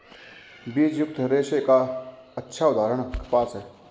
बीजयुक्त रेशे का अच्छा उदाहरण कपास है